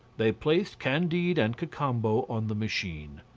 they placed candide and cacambo on the machine.